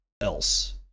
else